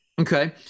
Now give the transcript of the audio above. Okay